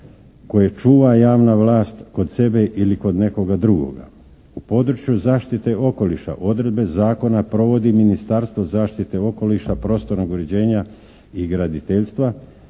koje čuva javna vlast kod sebe ili kod nekoga drugoga. U području zaštite okoliša odredbe zakona provodi Ministarstvo zaštite okoliša, prostornog uređenja i graditeljstva